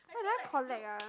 what do I collect ah